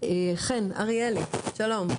חן אריאלי, שלום.